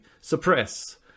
suppress